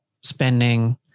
spending